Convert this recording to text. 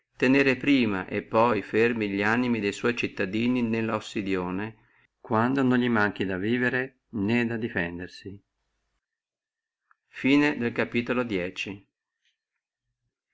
tenere prima e poi fermi li animi de sua cittadini nella ossidione quando non li manchi da vivere né da difendersi cap